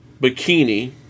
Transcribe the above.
bikini